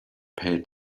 pay